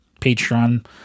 Patreon